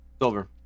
Silver